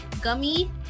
Gummy